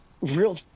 Real